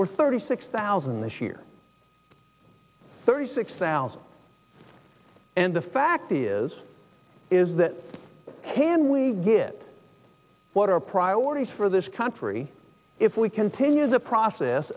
were thirty six thousand this year thirty six thousand and the fact is is that can we get water priorities for this country if we continue the process